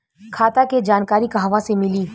खाता के जानकारी कहवा से मिली?